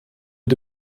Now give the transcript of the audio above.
mit